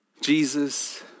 Jesus